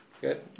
Good